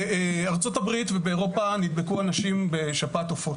בארצות הברית ואירופה אנשים נדבקו בשפעת עופות,